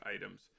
items